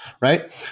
Right